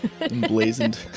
emblazoned